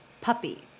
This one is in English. Puppy